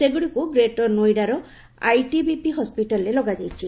ସେଗୁଡ଼ିକୁ ଗ୍ରେଟର ନୋଇଡାର ଆଇଟିବିପି ହସ୍କିଟାଲରେ ଲଗାଯାଇଛି